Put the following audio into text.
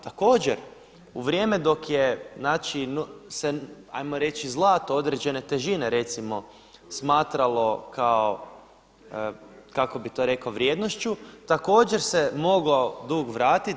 Također, u vrijeme dok je znači se 'ajmo reći zlato određene težine recimo smatralo kao kako bih to rekao vrijednošću također se mogao dug vratiti.